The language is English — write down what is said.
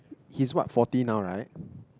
he's what forty now right